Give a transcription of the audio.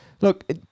look